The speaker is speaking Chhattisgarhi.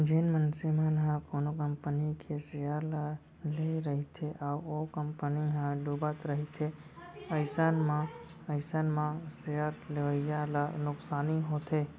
जेन मनसे मन ह कोनो कंपनी के सेयर ल लेए रहिथे अउ ओ कंपनी ह डुबत रहिथे अइसन म अइसन म सेयर लेवइया ल नुकसानी होथे